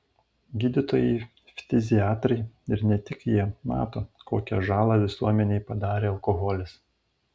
gydytojai ftiziatrai ir ne tik jie mato kokią žalą visuomenei padarė alkoholis